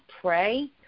pray